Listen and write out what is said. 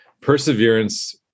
Perseverance